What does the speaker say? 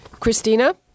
Christina